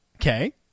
Okay